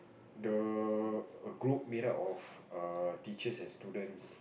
the group made up of err teachers and students